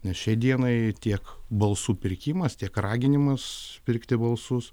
nes šiai dienai tiek balsų pirkimas tiek raginimas pirkti balsus